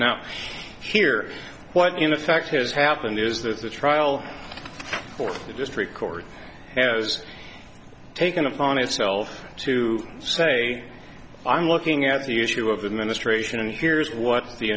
now here what in effect has happened is that the trial for the district court has taken upon itself to say i'm looking at the issue of the ministration and here's what the